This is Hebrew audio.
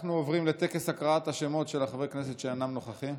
אנחנו עוברים לטקס הקראת השמות של חברי כנסת שאינם נוכחים: